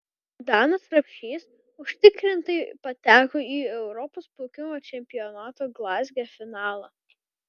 danas rapšys užtikrintai pateko į europos plaukimo čempionato glazge finalą